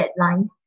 deadlines